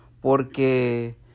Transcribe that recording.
Porque